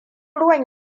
ruwan